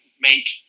make